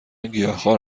گیاهخوار